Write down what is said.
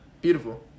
Beautiful